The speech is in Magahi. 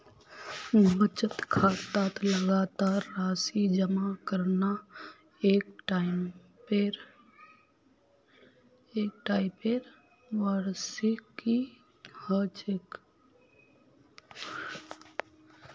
बचत खातात लगातार राशि जमा करना एक टाइपेर वार्षिकी ह छेक